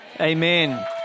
Amen